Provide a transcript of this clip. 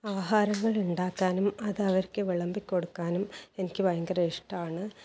ആഹാരങ്ങൾ ഉണ്ടാക്കാനും അത് അവർക്ക് വിളമ്പി കൊടുക്കാനും എനിക്ക് ഭയങ്കര ഇഷ്ടമാണ്